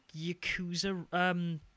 Yakuza